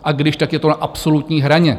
A když, tak je to na absolutní hraně.